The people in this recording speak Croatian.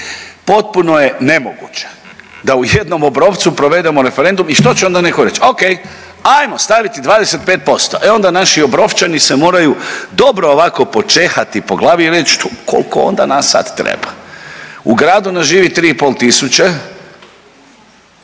potpuno je nemoguće da u jednom Obrovcu provedemo referendum i što će onda neko reć, ok ajmo staviti 25%, e onda naši Obrovčani se moraju dobro ovako počehati po glavi i reć … koliko onda nas sad treba. U gradu ne živi 3,5 tisuće,